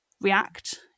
react